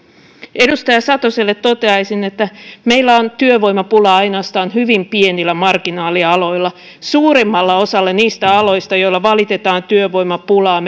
edustaja satoselle toteaisin että meillä on työvoimapulaa ainoastaan hyvin pienillä marginaalialoilla suurimmalla osalla niistä aloista joilla valitetaan työvoimapulaa